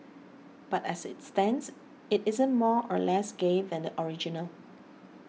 but as it stands it isn't more or less gay than the original